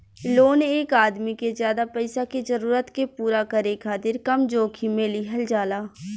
loan एक आदमी के ज्यादा पईसा के जरूरत के पूरा करे खातिर कम जोखिम में लिहल जाला